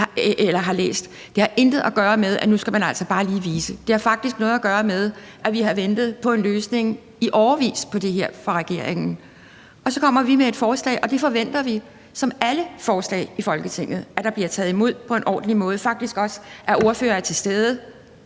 Lund har læst det. Det har intet at gøre med, at nu skal man altså bare lige vise noget, for det har faktisk noget at gøre med, at vi har ventet på en løsning fra regeringens side i årevis, og så kommer vi med et forslag, og der forventer vi, at det som alle andre forslag i Folketinget bliver taget imod på en ordentlig måde. Og vi forventer også, at ordførerne er til stede,